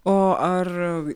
o ar